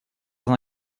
très